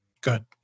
Good